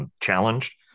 challenged